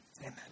Amen